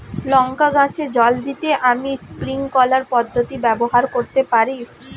লঙ্কা গাছে জল দিতে আমি স্প্রিংকলার পদ্ধতি ব্যবহার করতে পারি?